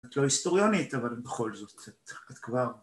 את לא היסטוריונית, אבל בכל זאת, את כבר...